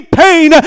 pain